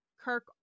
Kirk